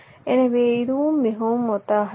எனவே இதுவும் மிகவும் ஒத்ததாக இருக்கும்